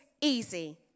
easy